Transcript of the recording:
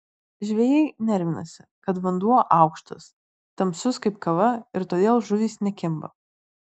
žvejai nervinasi kad vanduo aukštas tamsus kaip kava ir todėl žuvys nekimba